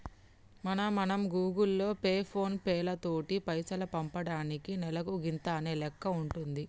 మరి మనం Google pay ఫోన్ పేలతోటి పైసలు పంపటానికి నెలకు గింత అనే లెక్క ఉంటుంది